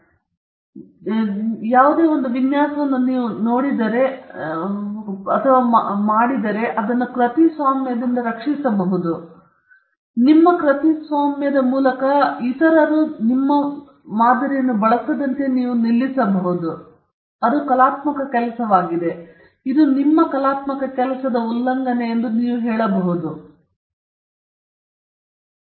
ಆದ್ದರಿಂದ ನೀವು ವಿನ್ಯಾಸವನ್ನು ಹೊಂದಿದ್ದರೆ ಮತ್ತು ಕೆಲವು ವಿಧಾನಗಳಿಂದ ನೀವು ಅದನ್ನು ಕೃತಿಸ್ವಾಮ್ಯದಿಂದ ರಕ್ಷಿಸಬಹುದು ಆ ವಿನ್ಯಾಸವನ್ನು ನಿಮ್ಮ ಕೃತಿಸ್ವಾಮ್ಯದ ಮೂಲಕ ಬಳಸದಂತೆ ನೀವು ನಿಲ್ಲಿಸಬಹುದು ಏಕೆಂದರೆ ಅದು ಕಲಾತ್ಮಕ ಕೆಲಸವಾಗಿದೆ ನಿಮ್ಮ ಕಲಾತ್ಮಕ ಕೆಲಸದ ಉಲ್ಲಂಘನೆ ಇದೆ ಎಂದು ನೀವು ಹೇಳಬಹುದು ನಂತರ ರಕ್ಷಣೆ ಮತ್ತು 60 ವರ್ಷಗಳು ಅಥವಾ ನಿಮ್ಮ ಜೀವನ